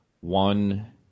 one